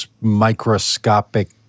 microscopic